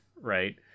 right